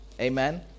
Amen